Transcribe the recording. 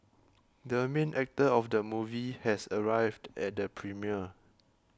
the main actor of the movie has arrived at the premiere